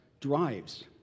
drives